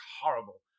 horrible